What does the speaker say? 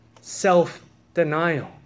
Self-denial